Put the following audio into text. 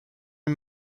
est